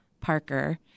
Parker